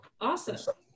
Awesome